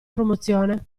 promozione